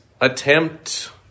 attempt